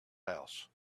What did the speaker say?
house